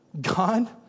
God